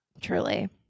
Truly